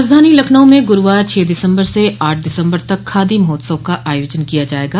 राजधानी लखनऊ में गुरूवार छह दिसम्बर से आठ दिसम्बर तक खादी महोत्सव का आयोजन किया जायेगा